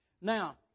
Now